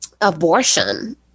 abortion